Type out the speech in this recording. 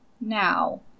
Now